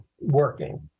working